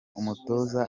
umutoza